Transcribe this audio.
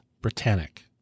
Britannic